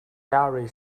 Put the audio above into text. very